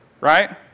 Right